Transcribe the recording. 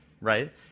right